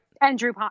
Andrew